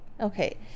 Okay